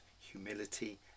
humility